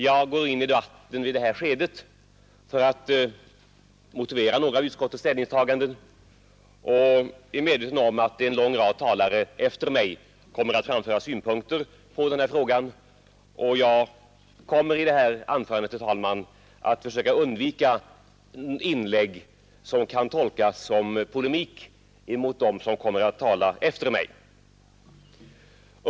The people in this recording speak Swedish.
Jag går in i debatten i detta skede omedelbart efter reservanten för att motivera några av utskottets ställningstaganden trots att flera av utskottets ledamöter senare kommer att yttra sig. Jag skall emellertid i detta anförande, herr talman, försöka undvika inlägg som kan tolkas som polemik mot de utskottsledamöter som kommer att tala efter mig.